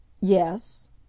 Yes